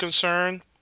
concern